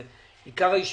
זה עיקר הישיבה.